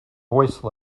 voice